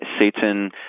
Satan